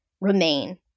remain